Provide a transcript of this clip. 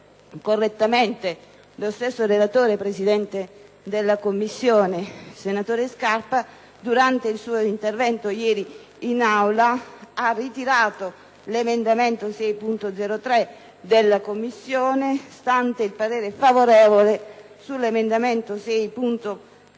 correttamente, lo stesso relatore, Presidente della Commissione, senatore Scarpa Bonazza Buora, durante il suo intervento ieri in Aula, ha ritirato l'emendamento 6.0.3 della Commissione, stante il parere favorevole sull'emendamento 6.0.4